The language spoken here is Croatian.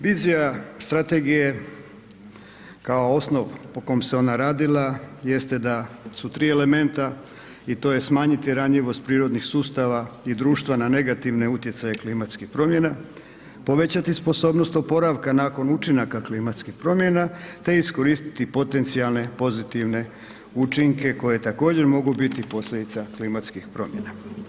Vizija strategije kao osnov po kom se ona radila jeste da su tri elementa i to je smanjiti ranjivost prirodnih sustava i društva na negativne utjecaje klimatskih promjena, povećati sposobnost oporavka nakon učinaka klimatskih promjena te iskoristiti potencijalne pozitivne učinke koji također mogu biti posljedica klimatskih promjena.